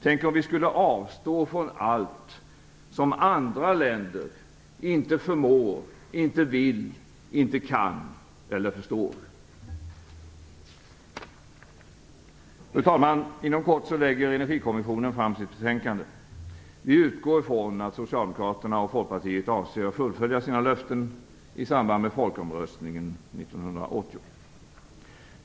Tänk om vi skulle avstå från allt som andra länder inte förmår, inte vill, inte kan eller inte förstår! Fru talman! Inom kort lägger Energikommissionen fram sitt betänkande. Vi utgår från att Socialdemokraterna och Folkpartiet avser att fullfölja sina löften i samband med folkomröstningen 1980.